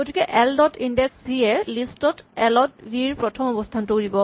গতিকে L dot index V এ list L ত ভি ৰ প্ৰথম অৱস্হানটো দিব